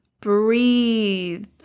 Breathe